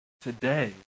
today